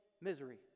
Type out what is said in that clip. misery